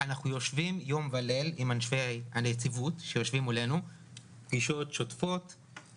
אנחנו יושבים יום ולילה עם אנשי הנציבות שיושבים מולנו לפגישות שוטפות,